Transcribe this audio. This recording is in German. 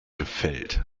gefällt